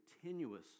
continuous